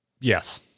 yes